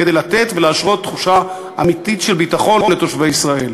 כדי לתת ולשוות תחושה אמיתית של ביטחון לתושבי ישראל.